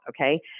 okay